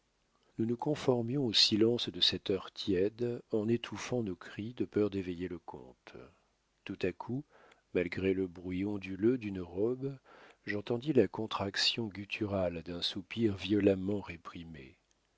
nous nous conformions au silence de cette heure tiède en étouffant nos cris de peur d'éveiller le comte tout à coup malgré le bruit onduleux d'une robe j'entendis la contraction gutturale d'un soupir violemment réprimé